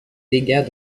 dégâts